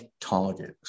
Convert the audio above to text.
targets